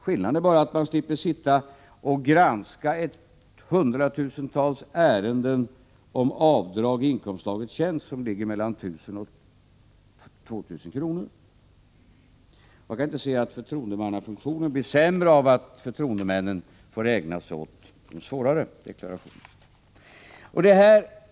Skillnaden är bara att man slipper sitta och granska hundratusentals ärenden om avdrag i inkomstslaget tjänst som ligger mellan 1 000 och 2 000 kr. Man kan inte säga att förtroendemannafunktionen blir sämre av att förtroendemännen får ägna sig åt de svårare deklarationerna. Herr talman!